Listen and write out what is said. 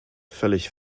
völlig